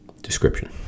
description